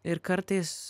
ir kartais